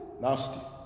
nasty